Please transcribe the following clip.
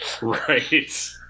right